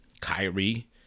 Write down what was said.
Kyrie